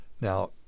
Now